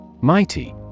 Mighty